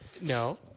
no